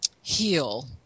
heal